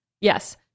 yes